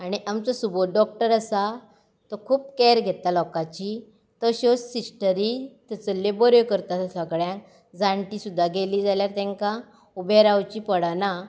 आनी आमचो सुबोध डॉक्टर आसा तो खूब कॅर घेता लोकांची तश्योच सिस्टरी थंयसरल्यो बऱ्यो करतात सगळ्यांक जाणटी सुद्दां गेलीं जाल्यार तांकां उबीं रावचीं पडना